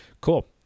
Cool